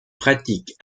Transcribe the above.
pratiquent